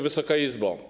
Wysoka Izbo!